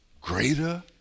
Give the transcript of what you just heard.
greater